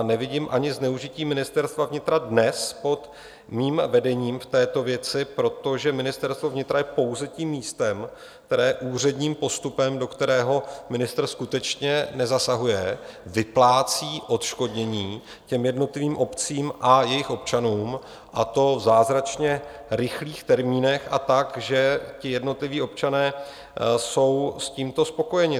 Nevidím ani zneužití Ministerstva vnitra dnes pod mým vedením v této věci, protože Ministerstvo vnitra je pouze tím místem, které úředním postupem, do kterého ministr skutečně nezasahuje, vyplácí odškodnění jednotlivým obcím a jejich občanům, a to v zázračně rychlých termínech a tak, že jednotliví občané jsou s tímto spokojeni.